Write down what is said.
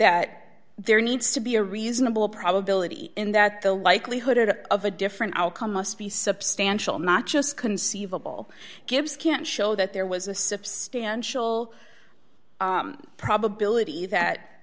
that there needs to be a reasonable probability in that the likelihood of a different outcome must be substantial not just conceivable gives can't show that there was a substantial probability that